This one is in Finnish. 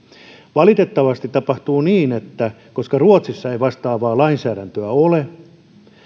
valitettavasti tapahtuu niin että koska ruotsissa ei vastaavaa lainsäädäntöä ole